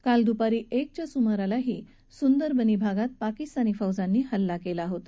काल दुपारी एकच्या सुमारास सुंदरबनी भागात पाकिस्तानी फौजांनी हल्ला केला होता